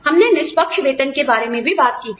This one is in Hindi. हमने निष्पक्ष वेतन के बारे में बात की थी